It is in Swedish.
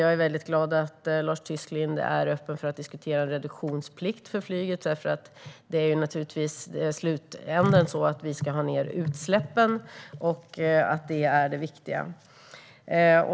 Jag är väldigt glad att Lars Tysklind är öppen för att diskutera reduktionsplikt för flyget. Det är ju naturligtvis i slutänden så att vi ska ha ned utsläppen - detta är det viktiga.